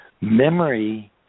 memory